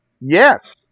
Yes